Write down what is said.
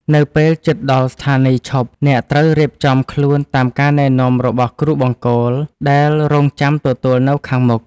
នៅពេលជិតដល់ស្ថានីយឈប់ អ្នកត្រូវរៀបចំខ្លួនតាមការណែនាំរបស់គ្រូបង្គោលដែលរង់ចាំទទួលនៅខាងមុខ។